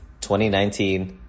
2019